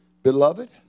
Beloved